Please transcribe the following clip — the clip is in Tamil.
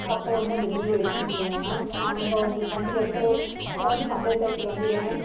அப்போ வந்து அந்த பில்லு எடுக்க முடியலைன்னா நம்ப அவங்களுக்கு வந்து எந்த ஒரு அப்புறோம் வந்து பஞ்சாயத்து ஆஃபிஸில் வந்து ஏன்